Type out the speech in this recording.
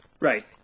Right